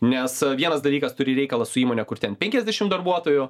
nes vienas dalykas turi reikalą su įmone kur ten penkiasdešimt darbuotojų